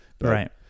right